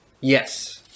Yes